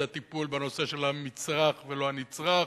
זה הטיפול בנושא של המצרך ולא הנצרך,